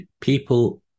people